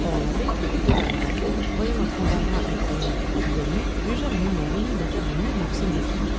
or l'abbé qui écoutait derrière la porte voyant notre embarras et croyant la partie gagnée jugea le moment venu d'intervenir et il se montra